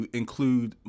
include